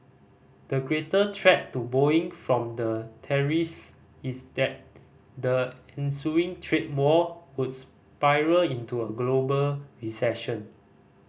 the greater threat to Boeing from the tariffs is that the ensuing trade war would spiral into a global recession